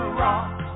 rock